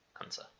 answer